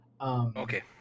Okay